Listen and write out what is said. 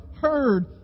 heard